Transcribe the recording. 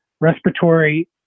respiratory